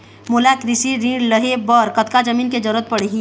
मोला कृषि ऋण लहे बर कतका जमीन के जरूरत पड़ही?